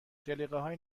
جلیقههای